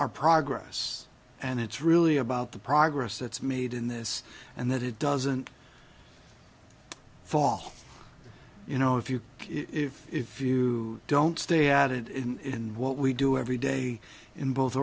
our progress and it's really about the progress that's made in this and that it doesn't fall you know if you if if you don't stay at it in what we do every day in both